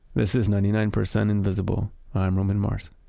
this is ninety nine percent invisible i'm roman mars